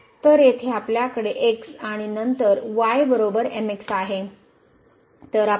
तर येथे आपल्याकडे x आणि नंतर y mx आहे